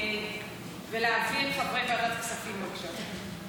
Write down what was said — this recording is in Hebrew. ולהביא את חברי ועדת כספים בבקשה.